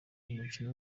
umukino